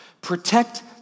Protect